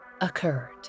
occurred